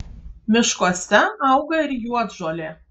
miškuose auga ir juodžolė